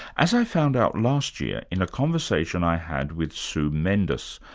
as i found out last year in a conversation i had with sue mendus,